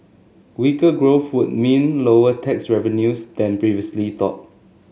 weaker growth would mean lower tax revenues than previously thought